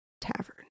Tavern